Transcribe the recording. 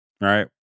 right